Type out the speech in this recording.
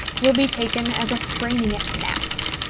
will be taken as a straining at gnats,